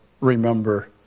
remember